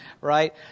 right